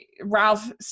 Ralph